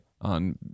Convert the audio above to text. on